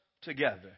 together